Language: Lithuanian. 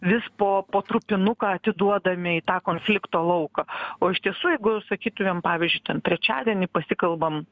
vis po po trupinuką atiduodame į tą konflikto lauką o iš tiesų jeigu sakytumėm pavyzdžiui ten trečiadienį pasikalbam